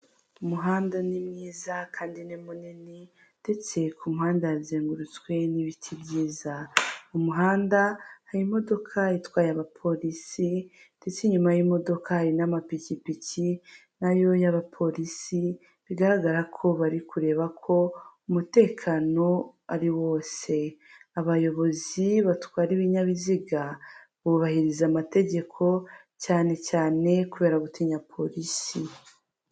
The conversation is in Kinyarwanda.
Umuhanda ni mwiza kandi ni munini ndetse ku ku muhanda hazengurutswe n'ibiti byiza, mu muhanda hari imodoka itwaye abapolisi ndetse inyuma y'imodoka hari n'amapikipiki nayo y'abapolisi bigaragara ko bari kureba ko umutekano ari wose, abayobozi batwara ibinyabiziga bubahiriza amategeko cyane cyane kubera gutinya polisi.